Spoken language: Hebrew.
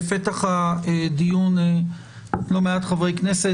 בפתח הדיון לא מעט חברי כנסת,